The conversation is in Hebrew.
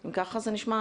מעולה.